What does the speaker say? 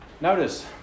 Notice